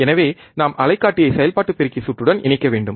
எனவே நாம் அலைக்காட்டியை செயல்பாட்டு பெருக்கி சுற்றுடன் இணைக்க வேண்டும்